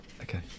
okay